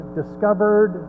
discovered